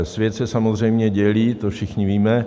Svět se samozřejmě dělí, to všichni víme.